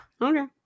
Okay